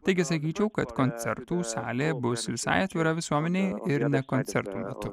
taigi sakyčiau kad koncertų salė bus visai atvira visuomenei ir ne koncertų metu